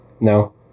No